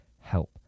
help